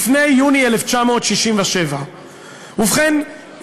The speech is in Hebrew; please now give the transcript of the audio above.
לפני יוני 1967. ובכן,